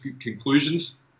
conclusions